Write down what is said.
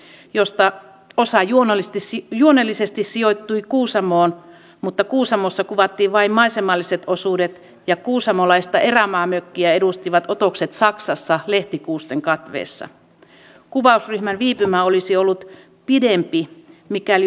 jokainen voi miettiä nyt ostaessaan pieniä tai isompia lahjoja onko tämä muka suomalainen brändi tai ihan suomalainen brändi onko tuote tehty suomessa ja tehdä valintoja sen kautta